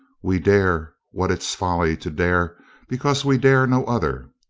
we dare what it's folly to dare because we dare no other.